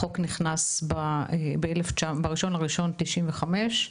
החוק נכנס בתאריך 1 בינואר 1995,